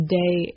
day